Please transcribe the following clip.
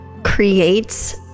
creates